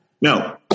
No